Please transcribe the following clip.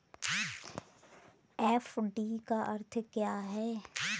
FD का अर्थ क्या है?